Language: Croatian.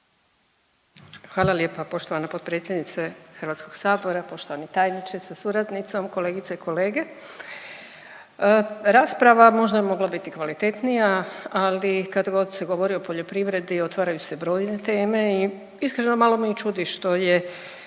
Hvala lijepa poštovana potpredsjednice HS. Poštovani tajniče sa suradnicom, kolegice i kolege, rasprava možda je mogla biti kvalitetnija, ali kad god se govori o poljoprivredi otvaraju se brojne teme i iskreno malo me i čudi što je